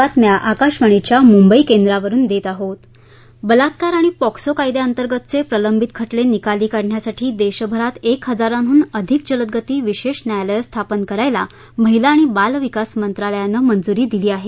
बलात्कार आणि पॉक्सो कायद्यांतर्गचे प्रलंबित खटले निकाली काढण्यासाठी देशभरात एक हजारांहून अधिक जलदगती विशेष न्यायालयं स्थापन करायला महिला आणि बालविकास मंत्रालयानं मंजुरी दिली आहे